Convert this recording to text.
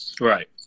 right